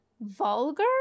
vulgar